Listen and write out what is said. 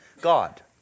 God